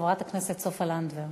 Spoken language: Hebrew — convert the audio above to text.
חברת הכנסת סופה לנדבר.